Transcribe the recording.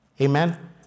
Amen